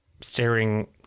staring